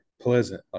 pleasant